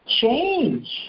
change